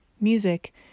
Music